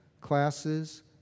classes